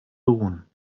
beruhen